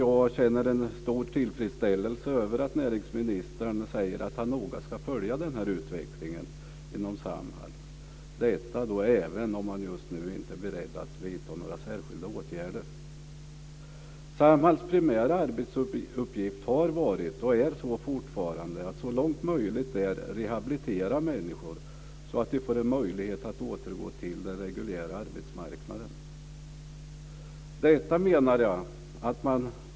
Jag känner en stor tillfredsställelse över att näringsministern säger att han noga ska följa utvecklingen inom Samhall, även om han just nu inte är beredd att vidta några särskilda åtgärder. Samhalls primära arbetsuppgift har varit och är fortfarande att så långt möjligt rehabilitera människor, så att de får en möjlighet att återgå till den reguljära arbetsmarknaden.